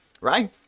Right